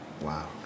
Wow